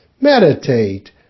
Meditate